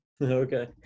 Okay